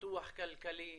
ופיתוח כלכלי